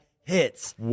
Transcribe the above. hits